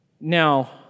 Now